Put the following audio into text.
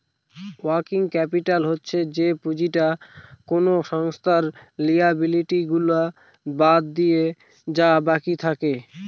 working capital হচ্ছে যে পুঁজিটা কোনো সংস্থার লিয়াবিলিটি গুলা বাদ দিলে যা বাকি থাকে